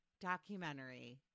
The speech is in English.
documentary